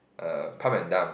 err pump and dump